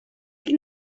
qui